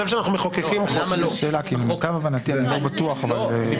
די בטוח,